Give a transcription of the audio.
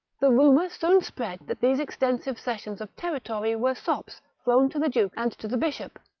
the rumour soon spread that these extensive cessions of territory were sops thrown to the duke and to the bishop,